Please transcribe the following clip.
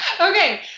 Okay